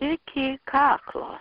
iki kaklo